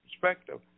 perspective